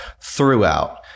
throughout